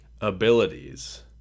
abilities